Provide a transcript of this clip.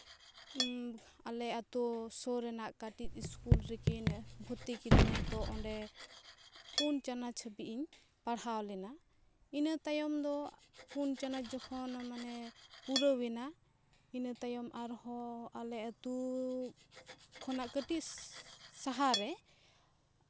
ᱟᱞᱮ ᱟᱛᱳ ᱥᱳᱨ ᱨᱮᱱᱟᱜ ᱠᱟᱹᱴᱤᱡ ᱤᱥᱠᱩᱞ ᱨᱮᱠᱤᱱ ᱵᱷᱚᱨᱛᱤ ᱠᱤᱫᱤᱧᱟ ᱛᱚ ᱚᱸᱰᱮ ᱯᱩᱱ ᱪᱟᱱᱟᱪ ᱦᱟᱹᱵᱤᱡ ᱤᱧ ᱯᱟᱲᱦᱟᱣ ᱞᱮᱱᱟ ᱤᱱᱟᱹ ᱛᱟᱭᱚᱢ ᱫᱚ ᱯᱩᱱ ᱪᱟᱱᱟᱪ ᱡᱚᱠᱷᱚᱱ ᱢᱟᱱᱮ ᱯᱩᱨᱟᱹᱣ ᱮᱱᱟ ᱤᱱᱟᱹ ᱛᱟᱭᱚᱢ ᱟᱨᱦᱚᱸ ᱟᱞᱮ ᱟᱛᱳ ᱠᱷᱚᱱᱟᱜ ᱠᱟᱹᱴᱤᱡ ᱥᱟᱦᱟᱨᱮ